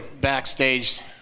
backstage